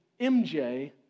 MJ